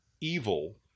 evil